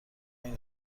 این